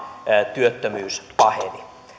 työttömyys paheni